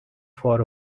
for